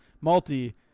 multi